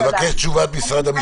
נבקש את תשובת משרד המשפטים.